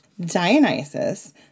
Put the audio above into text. Dionysus